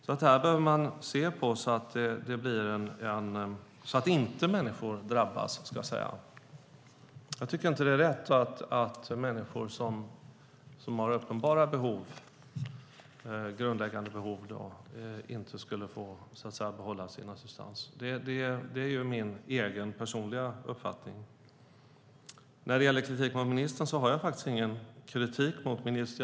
Detta behöver man alltså titta på för att människor inte ska drabbas. Jag tycker inte att det är rätt att människor som har uppenbara grundläggande behov inte skulle få behålla sin assistans. Det är min egen, personliga uppfattning. När det gäller kritik mot ministern har jag faktiskt ingen sådan.